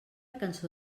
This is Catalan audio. cançó